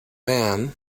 van